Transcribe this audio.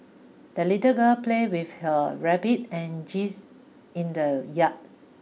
the little girl played with her rabbit and geese in the yard